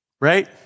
right